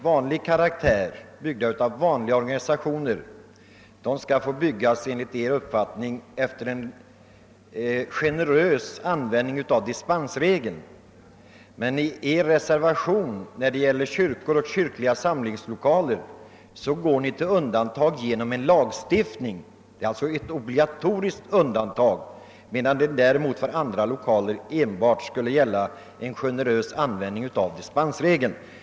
Samlingslokaler byggda av vanliga organisationer skall enligt er uppfattning få byggas efter en generös användning av dispensregeln, men i er reservation vill ni beträffande kyrkor och andra kyrkliga samlingslokaler göra undantag i lagen. Detta betyder alltså ett obligatoriskt undantag beträffande dessa 1okaler, medan det för andra lokaler endast skulle bli fråga om en generös användning av dispensregeln.